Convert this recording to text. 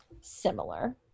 similar